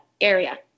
area